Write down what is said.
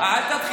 טרולים.